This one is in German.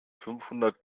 fünfhundert